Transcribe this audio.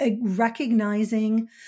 recognizing